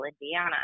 indiana